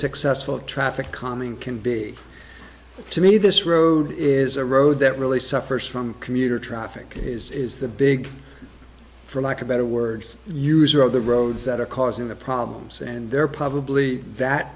successful traffic calming can be to me this road is a road that really suffers from commuter traffic is is the big for lack of better words user of the roads that are causing the problems and they're probably that